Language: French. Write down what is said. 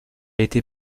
été